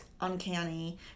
uncanny